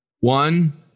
One